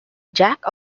jack